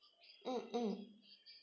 mm mm